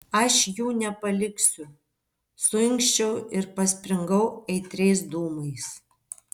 aš jų nepaliksiu suinkščiau ir paspringau aitriais dūmais